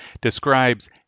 describes